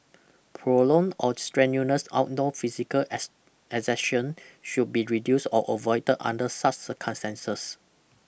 prolonged or strenuous outdoor physical as exertion should be reduced or avoided under such circumstances